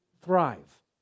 thrive